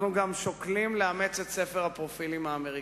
אנחנו גם שוקלים לאמץ את ספר הפרופילים האמריקני.